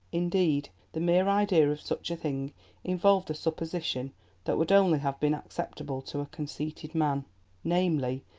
indeed, the mere idea of such a thing involved a supposition that would only have been acceptable to a conceited man namely,